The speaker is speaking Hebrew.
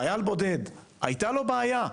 חייל בודד, הייתה לו בעיה.